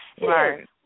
Right